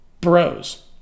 bros